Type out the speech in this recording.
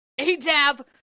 Adab